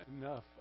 enough